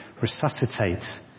resuscitate